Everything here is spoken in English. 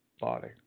body